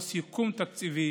או סיכום תקציבי